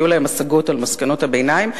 היו להם השגות על מסקנות הביניים.